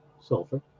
Sulfur